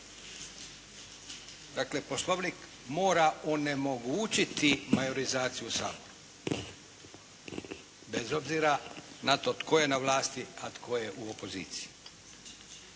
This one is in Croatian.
Dakle, Poslovnik mora onemogućiti majorizaciju u Saboru bez obzira na to tko je na vlasti, a tko je u opoziciji.